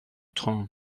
train